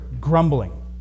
grumbling